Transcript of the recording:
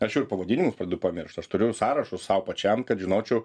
aš ir pavadinimus pradedu pamiršt aš turiu sąrašus sau pačiam kad žinočiau